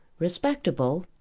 respectable,